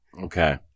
Okay